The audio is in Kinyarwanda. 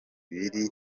biri